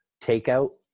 takeout